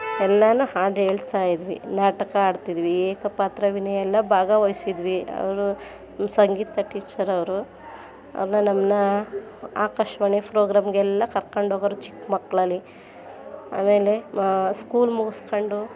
ಎಲ್ಲನೂ ಹಾಡು ಹೇಳ್ತಾಯಿದ್ವಿ ನಾಟಕ ಆಡ್ತಿದ್ವಿ ಏಕಪಾತ್ರಾಭಿನಯ ಎಲ್ಲ ಭಾಗವಹಿಸಿದ್ವಿ ಅವರು ಸಂಗೀತ ಟೀಚರವರು ಅವರೇ ನಮ್ಮನ್ನ ಆಕಾಶವಾಣಿ ಫ್ರೋಗ್ರಾಮ್ಗೆಲ್ಲ ಕರ್ಕೊಂಡೋಗೋರು ಚಿಕ್ಕಮಕ್ಳಲ್ಲಿ ಆಮೇಲೆ ಸ್ಕೂಲ್ ಮುಗಿಸ್ಕೊಂಡು